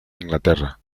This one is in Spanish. inglaterra